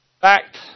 fact